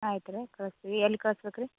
ಆಯ್ತು ರೀ ಕಳ್ಸ್ತೀವಿ ಎಲ್ಲಿ ಕಳ್ಸ್ಬೇಕು ರೀ